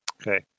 Okay